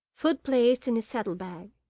food placed in is saddle-bag,